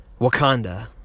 Wakanda